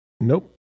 Nope